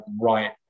right